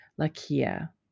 Lakia